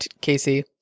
Casey